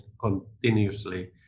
continuously